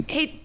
Hey